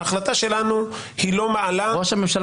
ההחלטה שלנו היא לא מעלה --- ראש הממשלה